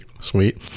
sweet